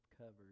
covered